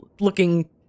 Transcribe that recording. looking